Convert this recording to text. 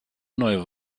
neue